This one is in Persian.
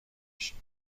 بشیم